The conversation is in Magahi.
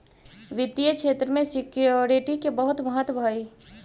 वित्तीय क्षेत्र में सिक्योरिटी के बहुत महत्व हई